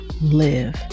live